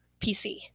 PC